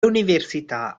università